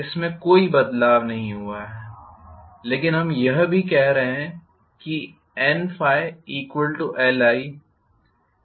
इसमें कोई बदलाव नहीं हुआ है लेकिन हम यह भी लिख रहे हैं N∅Li